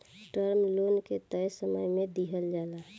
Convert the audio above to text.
term loan के तय समय में दिहल जाला